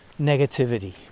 negativity